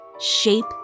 shape